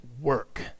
work